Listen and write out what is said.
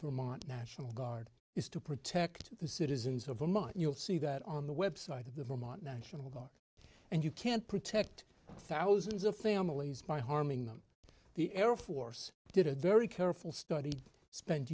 our national guard is to protect the citizens of a month you'll see that on the website of the moment national guard and you can't protect thousands of families by harming them the air force did a very careful study spent